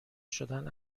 شدن